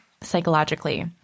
psychologically